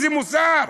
איזה מוסר?